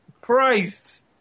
Christ